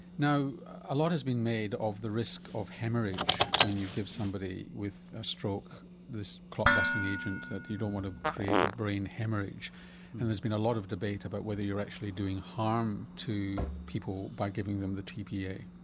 now a lot has been made of the risk of haemorrhage when you give somebody with a stroke this clot busting agent that you don't want to create a brain haemorrhage and there's been a lot of debate about whether you're actually doing harm to people by giving them the tpa.